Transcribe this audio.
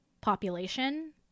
population